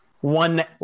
One